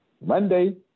Monday